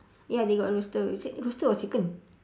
ya they got rooster is it rooster or chicken